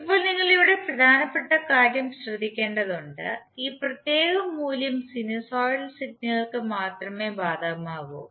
ഇപ്പോൾ നിങ്ങൾ ഇവിടെ പ്രധാനപ്പെട്ട കാര്യം ശ്രദ്ധിക്കേണ്ടതുണ്ട് ഈ പ്രത്യേക മൂല്യം സിനുസോയ്ഡൽ സിഗ്നലുകൾക്ക് മാത്രമേ ബാധകമാകൂ